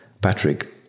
Patrick